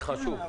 זה חשוב.